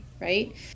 right